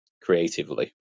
creatively